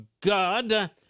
God